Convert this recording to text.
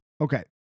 Okay